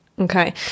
Okay